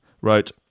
wrote